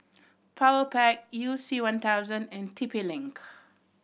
Powerpac You C One thousand and T P Link